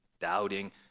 doubting